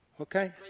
okay